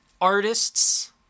artists